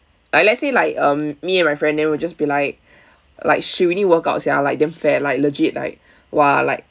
like let's say like um me and my friend then we'll just be like like she really workout sia like damn fat like legit like !wah! like